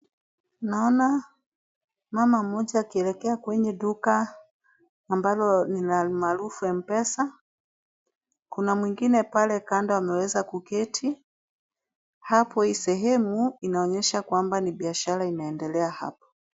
Naona mama mmoja akielekea kwenye duka ambalo ni la umaarufu mpesa. Kuna mwingine pale kando ameweza kuketi hapo hii sehemu inaonyesha kwamba ni biashara inaendelea hapo.